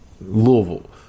Louisville